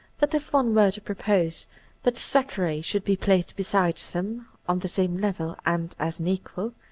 that if one were to propose that thackeray should be placed beside them, on the same level, and as an equal,